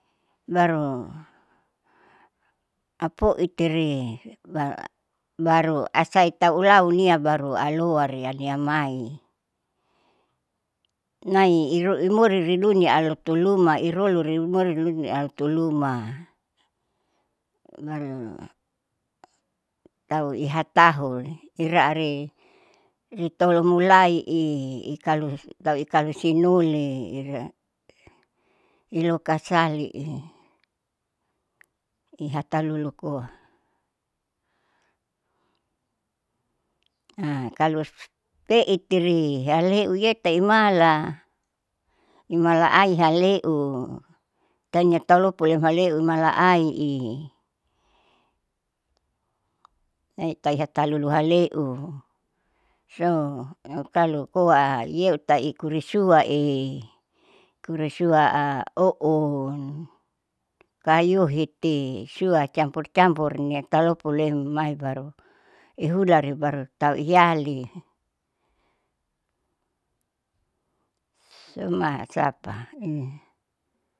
Baru apoiteri ba baru asaita ulaunia baru alouriari ariamai, nai iruimuri rinulia alotonuma iroluriunuma alotoluma baru tahu ihataurri iraari ritolomulaii ikalu tahu ikalu sinuli ira ilukasalii ihata lulukoa. kalo peitiri haleuyeta imala, imala aihaleu tanya talopu leumalehu malaai'i maitaihatalulu hale'u so autale koa yeutarikui suai kurisuaa oun kayuhiti sua campur campur nitalopulem maibaru ihulari baru tauiyali soma asapa.